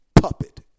puppet